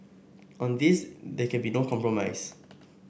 on this there can be no compromise